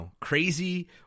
crazy